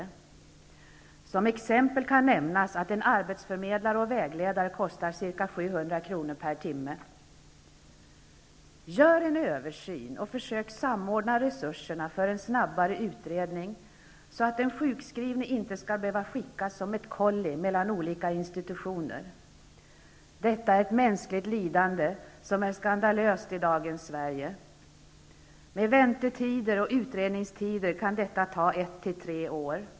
Som exempel kan nämnas, att en arbetsförmedlare och vägledare kostar ca 700 kr. per timme. Gör en översyn och försök samordna resurserna för en snabbare utredning, så att den sjukskrivne inte skall behöva skickas som ett kolli mellan olika institutioner! Detta är ett mänskligt lidande, som är skandalöst i dagens Sverige! Med väntetider och utredningstider kan det ta 1--3 år.